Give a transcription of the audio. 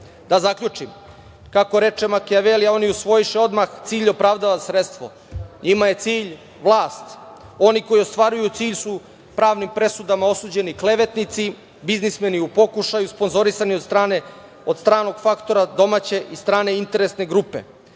zaključim, kako reče Makijaveli, a oni usvojiše odmah - cilj opravdava sredstvo. Njima je cilj vlast. Oni koji ostvaruju cilj su pravnim presudama osuđeni klevetnici, biznismeni u pokušaju, sponzorisani od stranog faktora, domaće i strane interesne grupe.